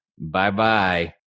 Bye-bye